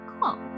cool